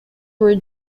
were